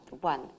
one